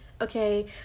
okay